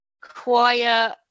quiet